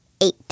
Eight